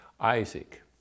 Isaac